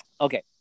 Okay